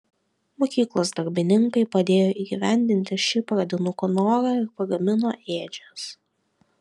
mokyklos darbininkai padėjo įgyvendinti šį pradinukų norą ir pagamino ėdžias